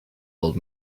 old